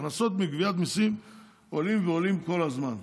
ההכנסות מגביית מיסים עולות ועולות כל הזמן.